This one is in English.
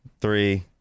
three